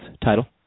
title